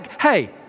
hey